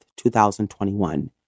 2021